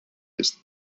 ist